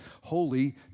holy